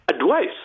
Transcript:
advice